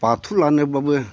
बाथुल लानाब्लाबो